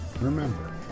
remember